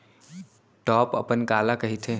Top अपन काला कहिथे?